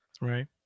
Right